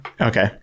Okay